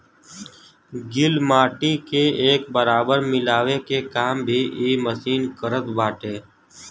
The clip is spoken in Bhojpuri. गिल माटी के एक बराबर मिलावे के काम भी इ मशीन करत बाटे